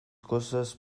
cosas